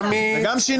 עמית.